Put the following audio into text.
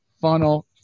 Funnel